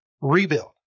Rebuild